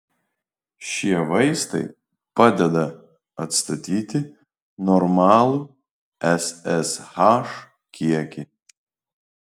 šie vaistai padeda atstatyti normalų ssh kiekį